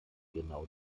genau